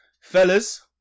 fellas